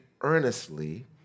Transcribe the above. earnestly